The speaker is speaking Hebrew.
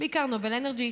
בעיקר נובל אנרג'י,